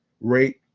rate